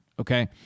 okay